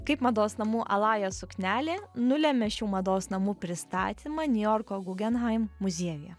kaip mados namų alaja suknelė nulėmė šių mados namų pristatymą niujorko gugenhaim muziejuje